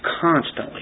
constantly